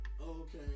Okay